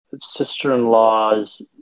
sister-in-law's